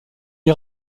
est